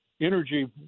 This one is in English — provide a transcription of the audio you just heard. Energy